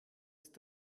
ist